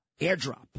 AirDrop